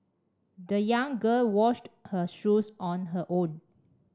the young girl washed her shoes on her own